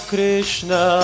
Krishna